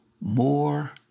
more